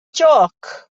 jôc